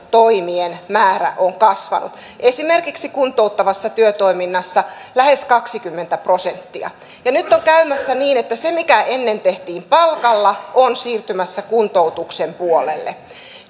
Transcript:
toimien määrä on kasvanut esimerkiksi kuntouttavassa työtoiminnassa lähes kaksikymmentä prosenttia ja nyt on käymässä niin että se mikä ennen tehtiin palkalla on siirtymässä kuntoutuksen puolelle